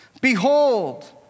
behold